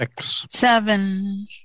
Seven